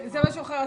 זה משהו אחר,